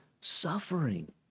suffering